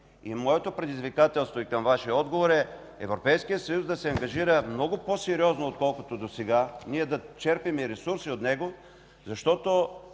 Моето предизвикателство и към Вашия отговор е: Европейският съюз да ангажира много по-сериозно, отколкото досега, ние да черпим ресурси от него, защото